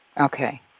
Okay